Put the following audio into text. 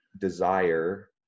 desire